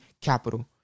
Capital